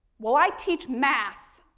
well, i teach math.